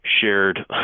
shared